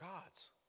gods